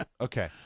Okay